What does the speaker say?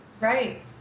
Right